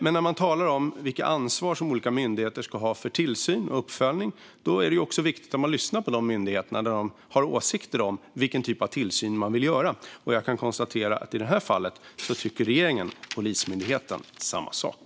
Men när man talar om vilket ansvar olika myndigheter ska ha för tillsyn och uppföljning är det också viktigt att man lyssnar på dessa myndigheter när de har åsikter om vilken typ av tillsyn de vill utöva. Jag kan konstatera att regeringen och Polismyndigheten i detta fall tycker samma sak.